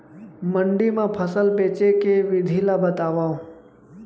मंडी मा फसल बेचे के विधि ला बतावव?